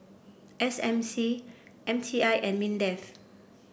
S M C M T I and Mindef